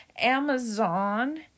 Amazon